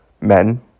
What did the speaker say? Men